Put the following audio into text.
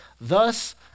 Thus